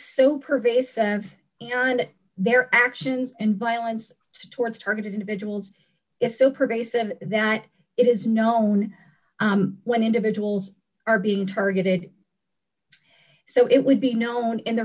so pervasive that their actions and violence towards targeted individuals is so pervasive that it is known when individuals are being targeted so it would be known in the